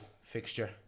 fixture